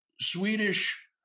Swedish